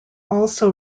also